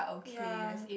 ya